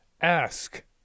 Ask